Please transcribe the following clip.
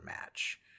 match